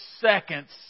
seconds